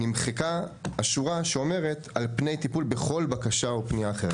נמחקה השורה שאומרת "על פני טיפול בכל בקשה או פנייה אחרת".